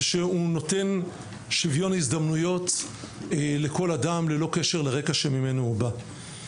שנותן שוויון הזדמנויות לכל אדם ללא קשר לרקע שממנו הוא בא.